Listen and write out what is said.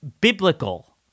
biblical